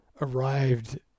arrived